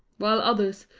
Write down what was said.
while others,